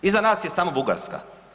Iza nas je samo Bugarska.